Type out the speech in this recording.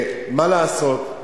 מה לעשות,